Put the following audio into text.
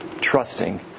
trusting